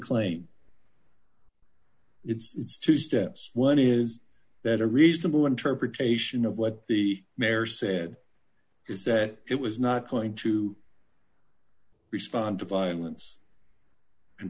it's two steps one is that a reasonable interpretation of what the mayor said is that it was not going to respond to violence